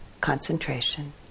concentration